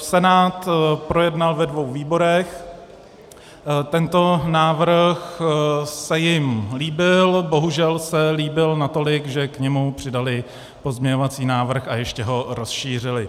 Senát projednal ve dvou výborech, tento návrh se jim líbil, bohužel se líbil natolik, že k němu přidali pozměňovací návrh a ještě ho rozšířili.